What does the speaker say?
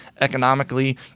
economically